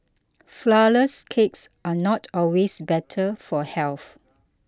Flourless Cakes are not always better for health